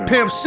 Pimp